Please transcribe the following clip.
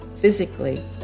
physically